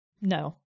No